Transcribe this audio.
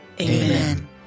Amen